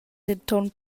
denton